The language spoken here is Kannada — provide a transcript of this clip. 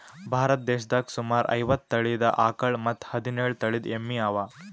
ಭಾರತ್ ದೇಶದಾಗ್ ಸುಮಾರ್ ಐವತ್ತ್ ತಳೀದ ಆಕಳ್ ಮತ್ತ್ ಹದಿನೇಳು ತಳಿದ್ ಎಮ್ಮಿ ಅವಾ